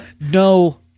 no